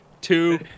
two